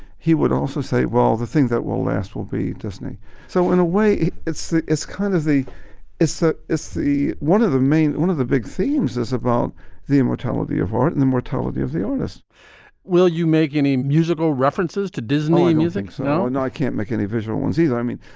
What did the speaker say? he would also say, well, the thing that will last will be disney so in a way, it's it's kind of the it's it's the one of the main one of the big themes is about the immortality of art and the mortality of the owners will you make any musical references to disney musings? no and i can't make any visual ones either. i mean,